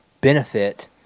benefit